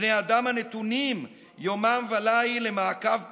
בני האדם הנתונים יומם ולילה למעקב פולשני,